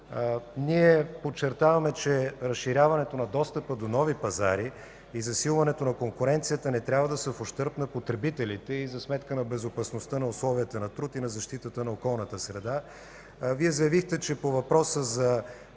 Ние подчертаваме, че разширяването на достъпа до нови пазари и засилването на конкуренцията не трябва да са в ущърб на потребителите и за сметка на безопасността на условията на труд и на защитата на околната среда. Вие заявихте, че генно